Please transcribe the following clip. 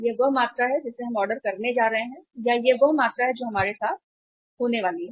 यह वह मात्रा है जिसे हम ऑर्डर करने जा रहे हैं या यह वह मात्रा है जो हमारे साथ होने वाली है